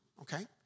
okay